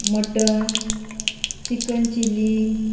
mutton chicken chilli